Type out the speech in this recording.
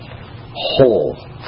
whole